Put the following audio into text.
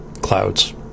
clouds